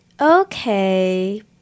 Okay